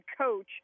coach